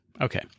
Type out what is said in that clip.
okay